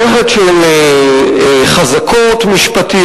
מוצעת גם מערכת של חזקות משפטיות,